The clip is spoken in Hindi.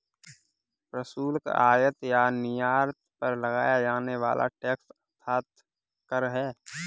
प्रशुल्क, आयात या निर्यात पर लगाया जाने वाला टैक्स अर्थात कर है